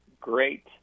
great